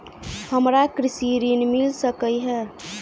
हमरा कृषि ऋण मिल सकै है?